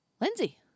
Lindsay